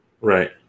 Right